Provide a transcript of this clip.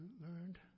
learned